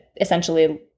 essentially